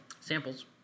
Samples